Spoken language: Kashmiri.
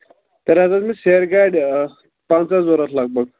تیٚلہِ حظ ٲس مےٚ سیرِ گاڑِ پنٛژاہ ضوٚرَتھ لگ بگ